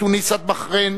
מתוניס ועד בחריין,